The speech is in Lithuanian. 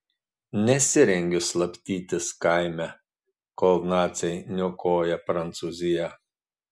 nesirengiu slapstytis kaime kol naciai niokoja prancūziją